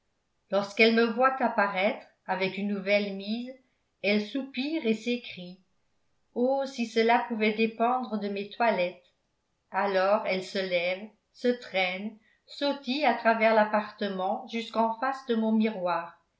lorsqu'elle me voit apparaître avec une nouvelle mise elle soupire et s'écrie oh si cela pouvait dépendre de mes toilettes alors elle se lève se traîne sautille à travers l'appartement jusqu'en face de mon miroir